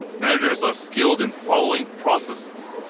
managers are skilled and following processes.